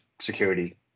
security